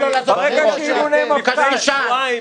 שלוש שבועות?